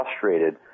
frustrated